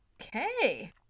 Okay